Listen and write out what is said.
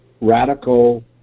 Radical